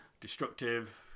destructive